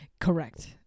Correct